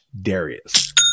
Darius